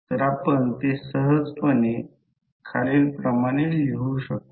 तर min length पाहण्याची आवश्यकता आहे